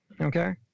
Okay